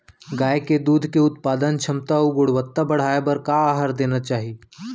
गाय के दूध के उत्पादन क्षमता अऊ गुणवत्ता बढ़ाये बर का आहार देना चाही?